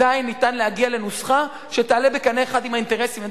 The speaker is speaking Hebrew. עדיין ניתן להגיע לנוסחה שתעלה בקנה אחד עם האינטרסים.